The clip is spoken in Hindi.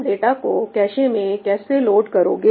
तुम डाटा को कैशे में कैसे लोड करोगे